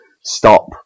stop